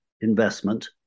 investment